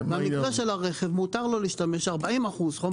במקרה של רכב מותר לו להשתמש ב-40% חומרי גלם שלא מאותה מדינה.